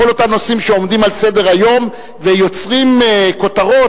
בכל אותם נושאים שעומדים על סדר-היום ויוצרים כותרות.